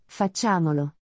facciamolo